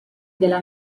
della